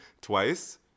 twice